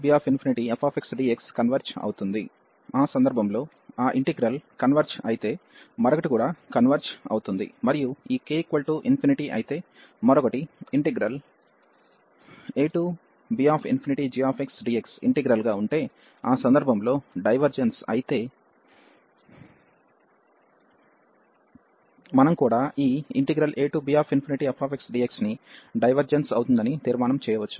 ఆ సందర్భంలో ఆ ఇంటిగ్రల్ కన్వెర్జ్ అయితే మరొకటి కూడా కన్వెర్జ్ అవుతుంది మరియు ఈ k∞ అయితే మరొకటి abgxdxఇంటిగ్రల్ గా ఉంటే ఆ సందర్భంలో డైవర్జెన్స్ అయితే మనం కూడా ఈ abfxdx ని డైవర్జెన్స్ అవుతుందని తీర్మానం చేయవచ్చు